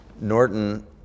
Norton